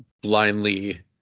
blindly